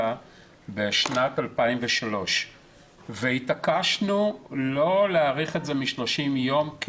בשנת 2003 והתעקשנו לא להאריך את זה מ-30 יום.